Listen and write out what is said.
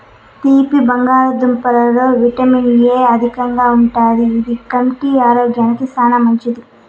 తీపి బంగాళదుంపలలో vitamin A అధికంగా ఉంటాది, ఇది కంటి ఆరోగ్యానికి చానా మంచిది